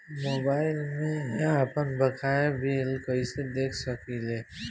Mobile में आपनबकाया bill कहाँसे देख सकिले?